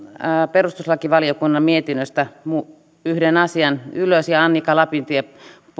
perustuslakivaliokunnan mietinnöstä yhden asian ylös ja annika lapintie